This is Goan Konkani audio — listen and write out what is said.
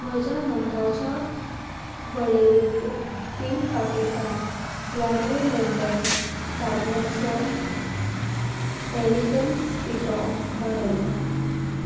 म्हज्या नंगाच्या वळेरेंत तीन पाकेटां यार्डले लंडन दादल्यांचो एलिगन्स पिटो वाडय